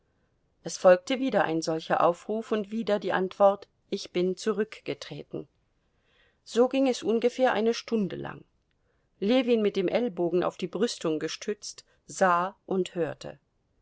es folgte wieder ein solcher aufruf und wieder die antwort ich bin zurückgetreten so ging es ungefähr eine stunde lang ljewin mit dem ellbogen auf die brüstung gestützt sah und hörte